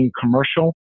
commercial